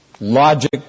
logic